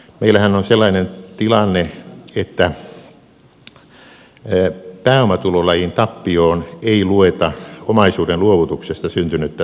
meillähän on sellainen tilanne että pääomatulolajin tappioon ei lueta omaisuuden luovutuksesta syntynyttä tappiota